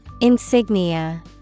Insignia